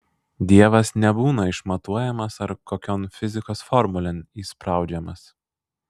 dievas nebūna išmatuojamas ar kokion fizikos formulėn įspraudžiamas